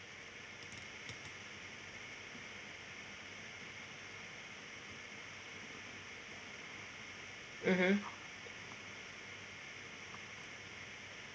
mmhmm